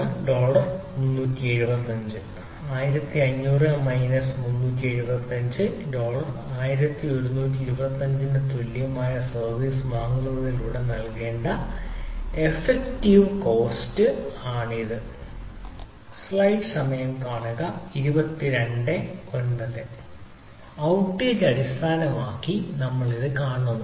ഇത് ഡോളർ 375 ആണ് dollar 1500 minus dollar 375 dollar 1125 ന് തുല്യമായ സർവീസ് വാങ്ങുന്നതിലൂടെ നൽകേണ്ട എഫക്റ്റീവ് കോസ്റ്റ് ആണ് ഔട്ടേജ് അടിസ്ഥാനമാക്കി നമ്മൾ അത് കാണുന്നു